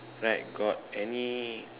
right got any